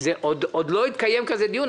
עוד לא התקיים כזה דיון,